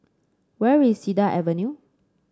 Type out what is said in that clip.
where is Cedar Avenue